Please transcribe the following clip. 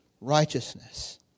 righteousness